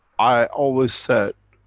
i always said,